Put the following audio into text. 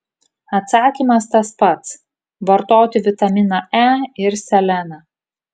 atsakymas tas pats vartoti vitaminą e ir seleną